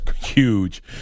huge